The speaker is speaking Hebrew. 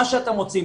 מה שאתם רוצים,